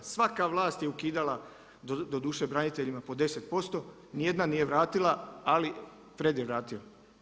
Svaka vlast je ukidala, doduše braniteljima po 10%, ni jedna nije vratila ali Fred je vratio.